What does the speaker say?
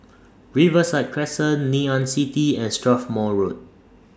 Riverside Crescent Ngee Ann City and Strathmore Road